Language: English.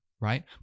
right